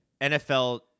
NFL